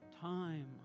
time